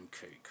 cake